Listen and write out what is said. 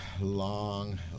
long